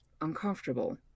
uncomfortable